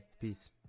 Peace